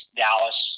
dallas